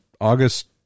august